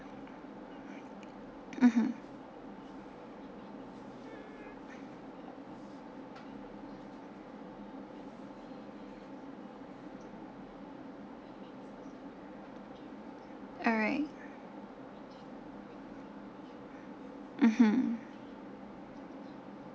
mmhmm alright mmhmm